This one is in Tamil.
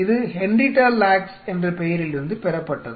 இது Henrietta Lacks என்ற பெயரிலிருந்து பெறப்பட்டது